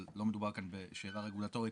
אבל לא מדובר כאן בשאלה רגולטורית,